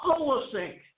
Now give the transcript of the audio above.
Holosync